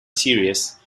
series